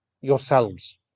yourselves